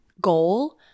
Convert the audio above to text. goal